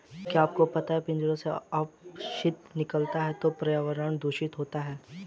क्या आपको पता है पिंजरों से अपशिष्ट निकलता है तो पर्यावरण दूषित होता है?